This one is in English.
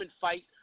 fight